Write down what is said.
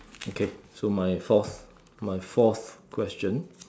okay so my fourth my fourth question